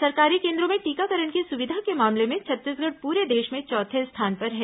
सरकारी केन्द्रों में टीकाकरण की सुविधा के मामले में छत्तीसगढ़ पूरे देश में चौथे स्थान पर है